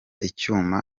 icyuma